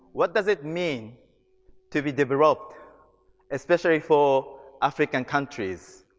what does it mean to be developed especially for african countries?